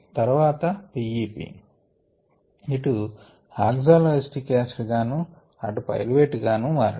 తర్వాత P E P ఇటు oxaloacetic acid గాను అటు పైరువేట్ గా మారును